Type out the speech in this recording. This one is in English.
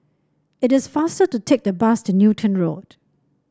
it is faster to take the bus to Newton Road